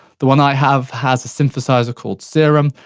the one i have, has a synthesiser called serum,